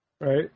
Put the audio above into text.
Right